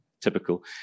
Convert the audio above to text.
Typical